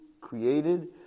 created